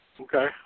Okay